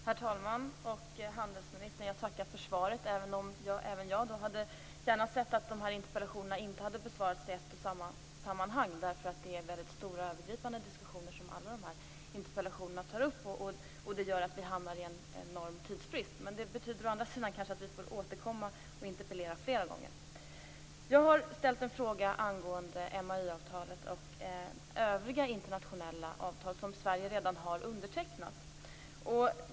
Herr talman! Handelsministern! Jag tackar för svaret även om också jag gärna hade sett att interpellationerna inte hade besvarats i ett och samma sammanhang. Det är ju stora övergripande diskussioner som alla interpellationer tar upp, och det gör att vi hamnar i en enorm tidsbrist. Men det betyder å andra sidan att vi kanske får återkomma och interpellera fler gånger. Jag har ställt en fråga angående MAI-avtalet och övriga internationella avtal som Sverige redan har undertecknat.